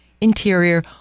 interior